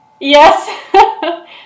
Yes